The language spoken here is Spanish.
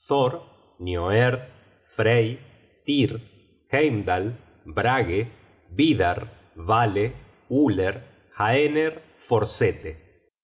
nioerd frey tyr heimdal brage vidarr vale uller haener forsete